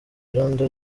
irondo